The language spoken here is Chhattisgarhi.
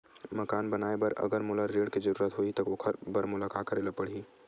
मकान बनाये बर अगर मोला ऋण के जरूरत होही त ओखर बर मोला का करे ल पड़हि?